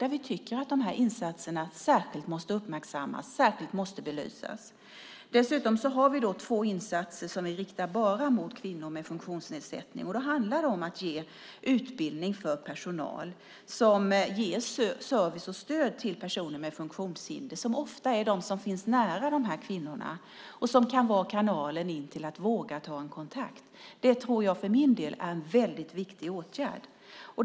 Där tycker vi att dessa insatser måste uppmärksammas och belysas särskilt. Dessutom har vi två insatser som vi riktar bara till kvinnor med funktionsnedsättning. Det handlar om att ge utbildning till personal som ger service och stöd till personer med funktionshinder. De är ofta de som finns nära de här kvinnorna och kan vara kanalen in till att våga ta kontakt. Det tror jag för min del är en väldigt viktig åtgärd.